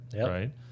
right